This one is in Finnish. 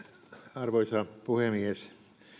arvoisa puhemies